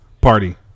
party